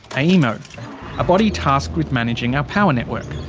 aemo a body tasked with managing our power network.